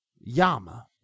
Yama